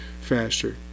faster